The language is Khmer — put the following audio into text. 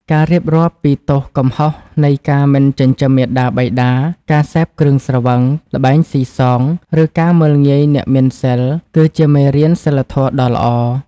ការរៀបរាប់ពីទោសកំហុសនៃការមិនចិញ្ចឹមមាតាបិតា ការសេពគ្រឿងស្រវឹង ល្បែងស៊ីសង ឬការមើលងាយអ្នកមានសីល គឺជាមេរៀនសីលធម៌ដ៏ល្អ។